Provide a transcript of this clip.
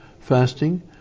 fasting